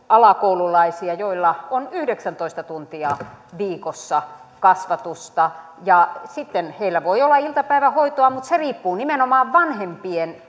alakoululaisia joilla on yhdeksäntoista tuntia viikossa kasvatusta sitten heillä voi olla iltapäivähoitoa mutta se riippuu nimenomaan vanhempien